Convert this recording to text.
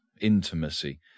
intimacy